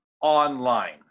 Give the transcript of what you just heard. online